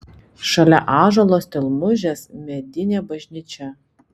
šalia ąžuolo stelmužės medinė bažnyčia